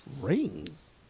Rings